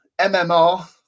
MMR